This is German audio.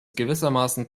gewissermaßen